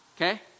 Okay